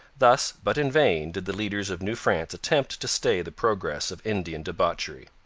thus, but in vain, did the leaders of new france attempt to stay the progress of indian debauchery.